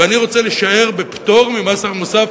ואני רוצה להישאר בפטור ממס ערך מוסף